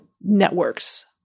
networks